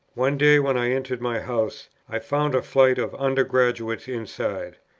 one day when i entered my house, i found a flight of under-graduates inside.